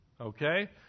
Okay